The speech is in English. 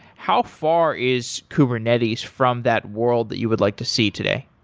how far is kubernetes from that world that you would like to see today?